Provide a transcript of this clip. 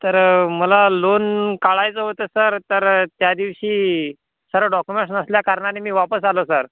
तर मला लोन काढायचं होतं सर तर त्यादिवशी सर्व डॉक्युमेंट्स नसल्याकारणाने मी वापस आलो सर